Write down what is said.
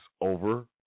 over